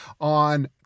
on